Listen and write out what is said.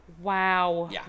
Wow